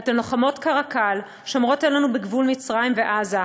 אתן לוחמות "קרקל" שומרות עלינו בגבול מצרים ועזה,